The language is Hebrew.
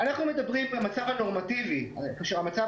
אנחנו מדברים במצב הנורמטיבי כאשר המצב